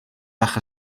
bach